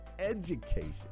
education